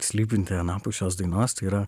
slypinti anapus šios dainos tai yra